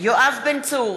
יואב בן צור,